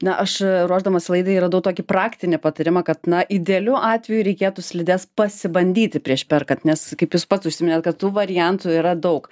na aš ruošdamasi laidai radau tokį praktinį patarimą kad na idealiu atveju reikėtų slides pasibandyti prieš perkant nes kaip jūs pats užsiminėt kad tų variantų yra daug